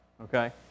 okay